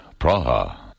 Praha